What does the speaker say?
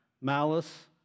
malice